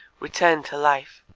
return to life.